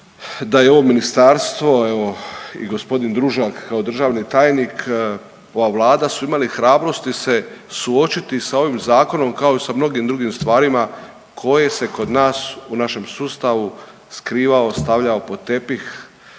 da je ovo ministarstvo, evo i gospodin Družak kao državni tajnik, ova Vlada su imali hrabrosti se suočiti sa ovim zakonom kao i sa mnogim drugim stvarima koje se kod nas u našem sustavu skrivao, stavljao pod tepih